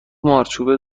مارچوبه